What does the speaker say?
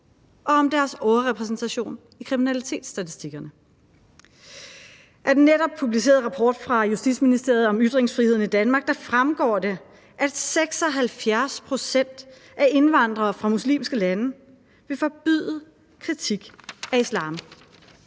og om deres overrepræsentation i kriminalitetsstatistikkerne. Af den netop publicerede rapport fra Justitsministeriet om ytringsfriheden i Danmark fremgår det, at 76 pct. af indvandrere fra muslimske lande vil forbyde kritik af islam.